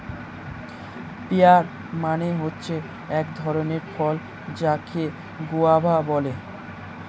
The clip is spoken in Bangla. পেয়ার মানে হচ্ছে এক ধরণের ফল যাকে গোয়াভা বলে